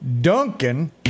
Duncan